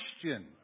question